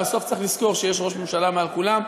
בסוף צריך לזכור שיש ראש ממשלה מעל כולם,